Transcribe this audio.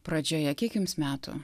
pradžioje kiek jums metų